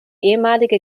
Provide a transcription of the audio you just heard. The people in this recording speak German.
ehemalige